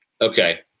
Okay